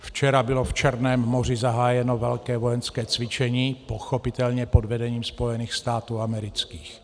Včera bylo v Černém moři zahájeno velké vojenské cvičení, pochopitelně pod vedením Spojených států amerických.